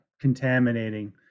contaminating